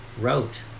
wrote